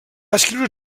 escriure